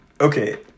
okay